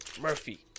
Murphy